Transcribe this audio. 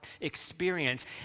experience